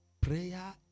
Prayer